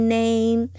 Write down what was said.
name